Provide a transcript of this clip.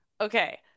okay